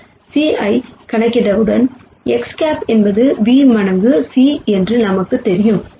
இந்த c ஐ கணக்கிட்டவுடன் X̂ என்பது v மடங்கு c என்று நமக்குத் தெரியும்